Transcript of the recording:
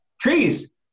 trees